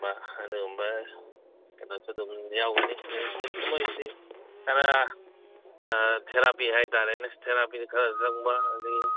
ꯑꯗꯨꯒꯨꯝꯕ ꯀꯩꯅꯣꯁꯨ ꯑꯗꯨꯝ ꯌꯥꯎꯒꯅꯤ ꯑꯗꯒꯤ ꯃꯣꯏꯁꯤꯗꯤ ꯈꯔ ꯊꯦꯔꯥꯄꯤ ꯍꯥꯏꯇꯥꯔꯦꯅꯦ ꯊꯦꯔꯥꯄꯤꯗꯒꯤ ꯈꯔ ꯆꯪꯕ ꯑꯗꯒꯤ